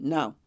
Now